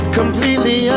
completely